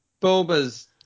Boba's